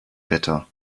wetter